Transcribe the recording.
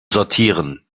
sortieren